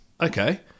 Okay